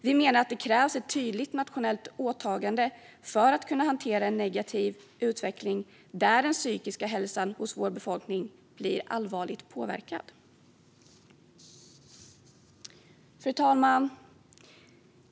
Vi menar att det krävs ett tydligt nationellt åtagande för att kunna hantera en negativ utveckling där den psykiska hälsan hos vår befolkning blir allvarligt påverkad. Fru talman!